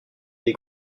des